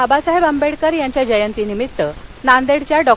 बाबासाहह्य आंबह्कर यांच्या जयंतीनिमित्त नांदहीया डॉ